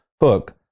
hook